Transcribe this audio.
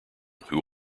who